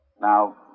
Now